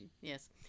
Yes